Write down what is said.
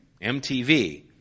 MTV